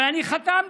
אבל אני חתמתי.